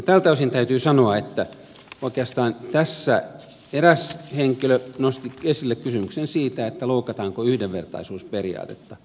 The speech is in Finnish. tältä osin täytyy sanoa että oikeastaan tässä eräs henkilö nosti esille kysymyksen siitä loukataanko yhdenvertaisuusperiaatetta